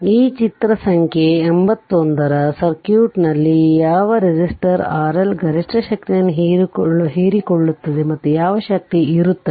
ಈ ಚಿತ್ರ ಸಂಖ್ಯೆ 81ರ ಸರ್ಕ್ಯೂಟ್ನಲ್ಲಿ ಯಾವ ರೆಸಿಸ್ಟರ್ RL ಗರಿಷ್ಠ ಶಕ್ತಿಯನ್ನು ಹೀರಿಕೊಳ್ಳುತ್ತದೆ ಮತ್ತು ಯಾವ ಶಕ್ತಿ ಇರುತ್ತದೆ